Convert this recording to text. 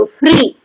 free